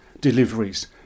deliveries